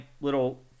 little